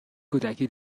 کودکی